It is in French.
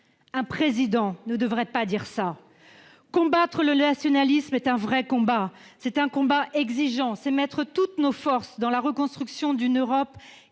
Un Président ne devrait pas dire ça ! Le combat contre le nationalisme est un vrai combat. C'est un combat exigeant. Il s'agit de mettre toutes nos forces dans la reconstruction d'une Europe